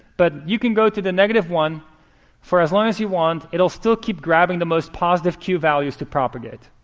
but you can go to the negative one for as long as you want. it will still keep grabbing the most positive q values to propagate.